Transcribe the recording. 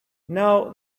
now